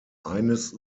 eines